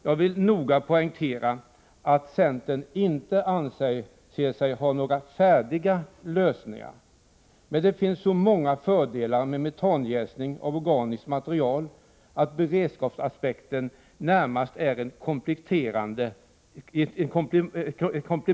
Jag vill noga poängtera att centern inte anser sig ha några färdiga lösningar, men det finns så många fördelar med metanjäsning av organiskt material, att beredskapsaspekten närmast är en del av helheten.